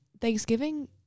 Thanksgiving